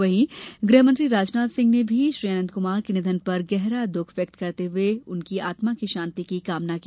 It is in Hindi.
वहीं गृहमंत्री राजनाथ सिंह ने भी श्री अनंत कुमार के निधन पर गहरा दुख व्यक्त करते हुए उनके आत्मा की शांति की कामना की